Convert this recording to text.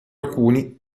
alcuni